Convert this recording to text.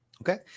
Okay